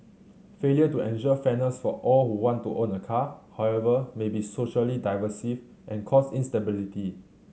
failure to ensure fairness for all who want to own a car however may be socially divisive and cause instability